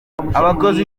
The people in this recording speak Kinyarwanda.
abakozi